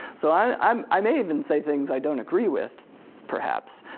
so i um i may even say things i don't agree with perhaps,